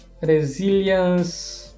resilience